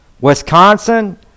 Wisconsin